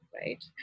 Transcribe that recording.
right